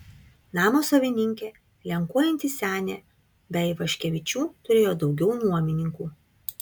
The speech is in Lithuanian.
namo savininkė lenkuojanti senė be ivaškevičių turėjo daugiau nuomininkų